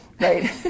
Right